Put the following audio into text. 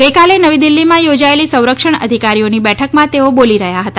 ગઇકાલે નવી દિલ્ફીમાં યોજાયેલી સંરક્ષણ અધિકારીઓની બેઠકમાં તેઓ બોલી રહ્યા હતા